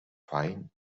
find